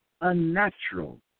unnatural